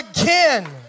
again